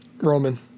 Roman